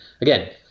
again